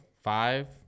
Five